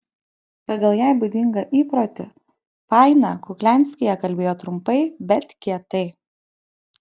pagal jai būdingą įprotį faina kuklianskyje kalbėjo trumpai bet kietai